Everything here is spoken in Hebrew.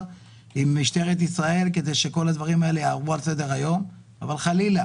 עם משטרת ישראל כדי שכל הדברים יעברו כשורה אבל חלילה